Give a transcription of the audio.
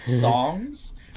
songs